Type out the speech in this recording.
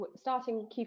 starting